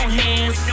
hands